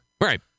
Right